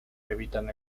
evitan